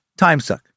timesuck